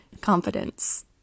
confidence